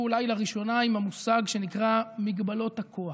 אולי לראשונה עם המושג שנקרא "מגבלות הכוח".